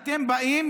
אתם באים